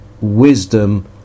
wisdom